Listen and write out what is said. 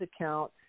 account